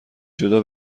جدا